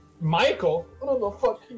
Michael